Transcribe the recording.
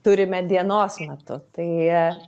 turime dienos metu tai